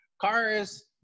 cars